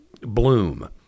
bloom